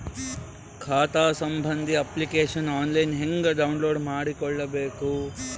ಖಾತಾ ಸಂಬಂಧಿ application online ಹೆಂಗ್ ಡೌನ್ಲೋಡ್ ಮಾಡಿಕೊಳ್ಳಬೇಕು?